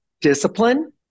discipline